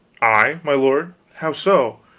i, my lord? how so?